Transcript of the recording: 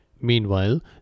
Meanwhile